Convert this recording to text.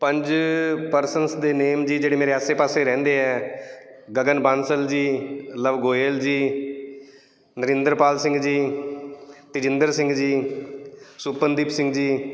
ਪੰਜ ਪਰਸਨਸ ਦੇ ਨੇਮ ਜੀ ਜਿਹੜੇ ਮੇਰੇ ਆਸੇ ਪਾਸੇ ਰਹਿੰਦੇ ਹੈ ਗਗਨ ਬਾਂਸਲ ਜੀ ਲਵ ਗੋਇਲ ਜੀ ਨਰਿੰਦਰ ਪਾਲ ਸਿੰਘ ਜੀ ਤਜਿੰਦਰ ਸਿੰਘ ਜੀ ਸੁਪਨਦੀਪ ਸਿੰਘ ਜੀ